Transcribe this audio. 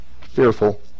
fearful